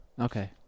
Okay